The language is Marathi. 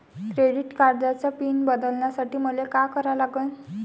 क्रेडिट कार्डाचा पिन बदलासाठी मले का करा लागन?